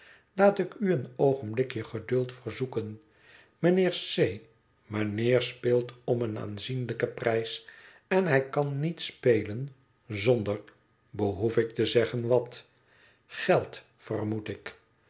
laat ik u een oogenblikje geduld verzoeken mijnheer c mijnheer speelt om een aanzienlijken prijs en hij kan niet spelen zonder behoef ik te zeggen wat geld vermoed ik